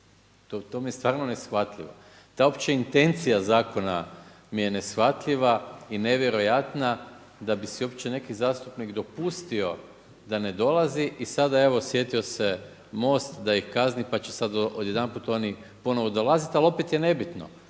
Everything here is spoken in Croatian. to mi je stvarno neshvatljivo. Ta uopće intencija zakona mi je neshvatljiva i nevjerojatna da bi si uopće neki zastupnik dopustio da ne dolazi i sada evo sjetio se MOST da ih kazni pa će sada odjedanput oni ponovno dolaziti. Ali opet je nebitno